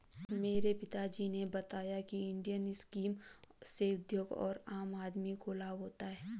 मेरे पिता जी ने बताया की इंडियन स्कीम से उद्योग और आम आदमी को लाभ होता है